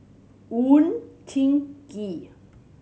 Oon Jin Gee